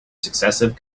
successive